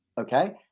Okay